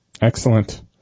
excellent